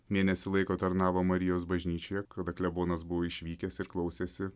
mėnesį laiko tarnavo marijos bažnyčioje kada klebonas buvo išvykęs ir klausėsi